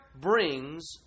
brings